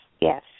yes